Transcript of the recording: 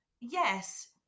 Yes